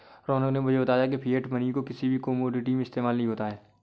रौनक ने मुझे बताया की फिएट मनी को किसी भी कोमोडिटी में इस्तेमाल नहीं होता है